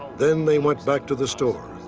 then they went back to the store.